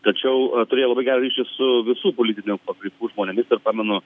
tačiau turėjo labai gerą ryšį su visų politinių pakraipų žmonėmis ir pamenu